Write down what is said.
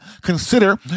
consider